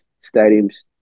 stadium's